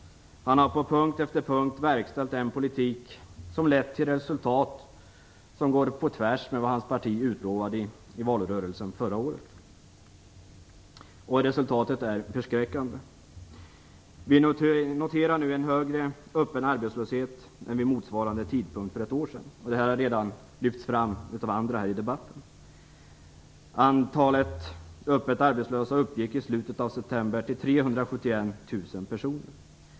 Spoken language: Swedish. Man har på punkt efter punkt verkställt den politik som gett resultat som går tvärtemot vad hans parti utlovade i valrörelsen förra året. Resultatet är förskräckande. Vi noterar nu en högre öppen arbetslöshet än vid motsvarande tidpunkt för ett år sedan. Det har redan lyfts fram av andra i debatten. Antalet öppet arbetslösa uppgick i slutet av september till 371 000 personer.